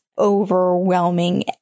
overwhelming